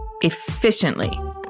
efficiently